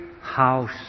house